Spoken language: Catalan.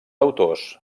autors